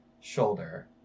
shoulder